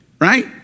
right